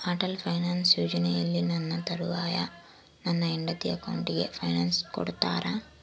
Atal pension ಯೋಜನೆಯಲ್ಲಿ ನನ್ನ ತರುವಾಯ ನನ್ನ ಹೆಂಡತಿ ಅಕೌಂಟಿಗೆ ಪೆನ್ಶನ್ ಕೊಡ್ತೇರಾ?